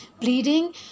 bleeding